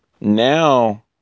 now